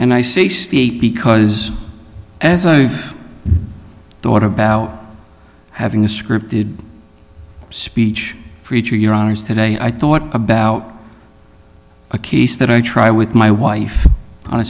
and i say state because as i thought about having a scripted speech preacher your honor is today i thought about a case that i try with my wife